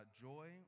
Joy